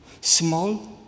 small